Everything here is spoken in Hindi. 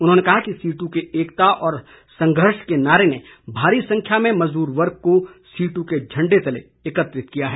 उन्होंने कहा कि सीट्र के एकता व संघर्ष के नारे ने भारी संख्या में मजदूर वर्ग को सीट्र के झंडे तले एकत्र किया है